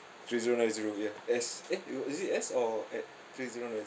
three zero nine zero ya S eh you is it S or at~ three zero nine zero